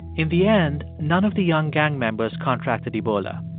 in the end, none of the young gang members contracted ebola,